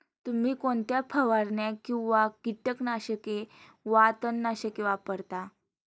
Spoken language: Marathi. तुम्ही कोणत्या फवारण्या किंवा कीटकनाशके वा तणनाशके वापरता?